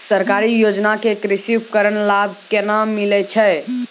सरकारी योजना के कृषि उपकरण लाभ केना मिलै छै?